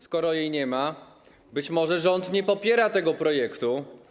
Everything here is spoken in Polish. Skoro jej nie ma, być może rząd nie popiera tego projektu.